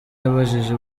yabajije